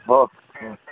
हो हो